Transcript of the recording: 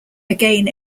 again